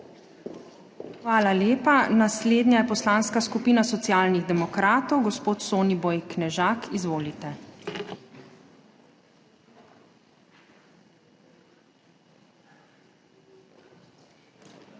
Hvala lepa. Naslednja je Poslanska skupina Socialnih demokratov, zanjo gospod Soniboj Knežak. Izvolite. SONIBOJ